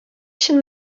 чын